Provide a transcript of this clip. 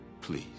Please